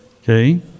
Okay